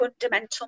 fundamental